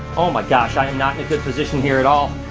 oh my gosh, i am not in a good position here at all.